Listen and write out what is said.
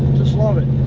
just love it